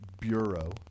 Bureau